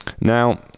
now